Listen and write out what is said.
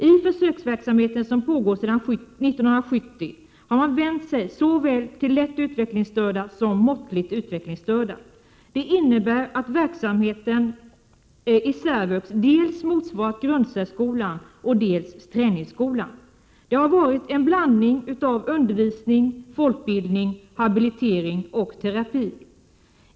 I försöksverksamheten som pågått sedan 1970 har man vänt sig till såväl lätt utvecklingsstörda som måttligt utvecklingsstörda. Det innebär att verksamheten i särvux motsvarat dels grundsärskolan, dels träningsskolan. Det har varit en blandning av undervisning, folkbildning, habilitering och terapi.